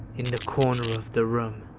in the corner of the room.